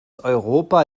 europa